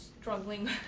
struggling